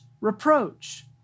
reproach